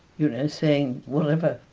you know, saying whatever